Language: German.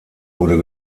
wurde